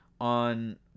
on